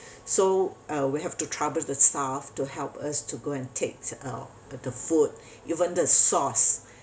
so uh we have to trouble the staff to help us to go and take uh the food even the sauce